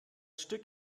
stück